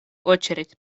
очередь